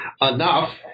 enough